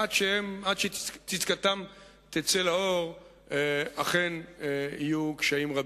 ועד שצדקתם תצא לאור אכן יהיו קשיים רבים.